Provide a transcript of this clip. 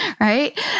right